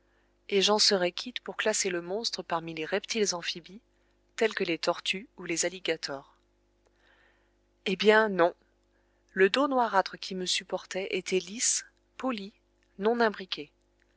et j'en serais quitte pour classer le monstre parmi les reptiles amphibies tels que les tortues ou les alligators eh bien non le dos noirâtre qui me supportait était lisse poli non imbriqué